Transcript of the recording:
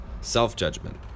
self-judgment